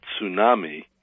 Tsunami